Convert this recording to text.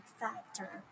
factor